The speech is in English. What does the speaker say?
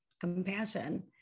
compassion